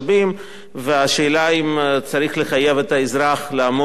והשאלה אם צריך לחייב את האזרח לעמוד בתשלום הזה.